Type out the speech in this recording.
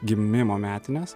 gimimo metinės